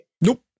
Nope